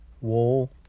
wall